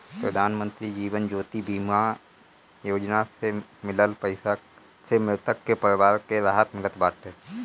प्रधानमंत्री जीवन ज्योति बीमा योजना से मिलल पईसा से मृतक के परिवार के राहत मिलत बाटे